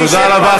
תודה רבה,